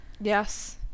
Yes